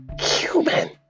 human